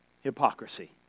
hypocrisy